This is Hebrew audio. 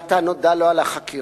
כלל, זה עתה נודע לו על החקירה,